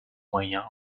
moyen